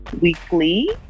weekly